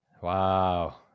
Wow